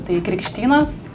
tai krikštynos